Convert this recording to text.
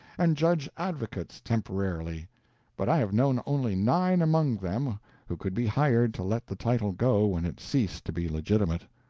and judge-advocates temporarily but i have known only nine among them who could be hired to let the title go when it ceased to be legitimate.